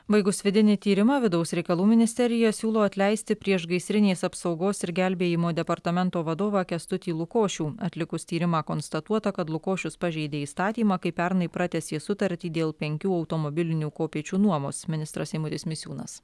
baigus vidinį tyrimą vidaus reikalų ministerija siūlo atleisti priešgaisrinės apsaugos ir gelbėjimo departamento vadovą kęstutį lukošių atlikus tyrimą konstatuota kad lukošius pažeidė įstatymą kai pernai pratęsė sutartį dėl penkių automobilinių kopėčių nuomos ministras eimutis misiūnas